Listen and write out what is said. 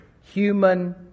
human